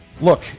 look